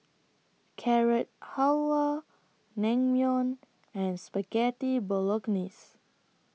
Carrot Halwa Naengmyeon and Spaghetti Bolognese